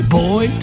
boy